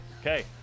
Okay